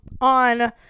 on